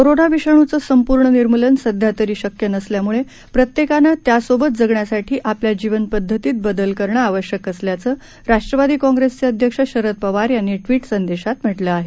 corona विषाणूचं संपूर्ण निर्मूलन सध्यातरी शक्य नसल्यामुळे प्रत्येकानं त्यासोबत जगण्यासाठी आपल्या जीवनपद्धतीत बदली करणे आवश्यक असल्याचं राष्ट्वादी काँप्रेसचे अध्यक्ष शरद पवार यांनी एका ट्विटसंदेशात म्हटलं आहे